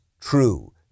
true